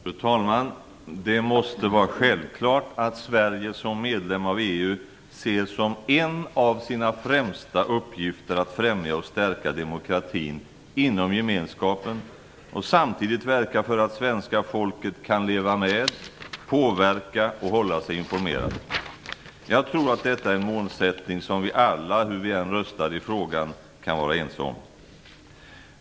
Fru talman! Det måste vara självklart att Sverige som medlem av EU ser som en av sina främsta uppgifter att främja och stärka demokratin inom gemenskapen och samtidigt verka för att svenska folket kan leva med, påverka och hålla sig informerat. Jag tror att detta är en målsättning som vi alla, hur vi än röstade i frågan, kan vara ense om.